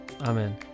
Amen